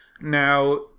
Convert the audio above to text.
now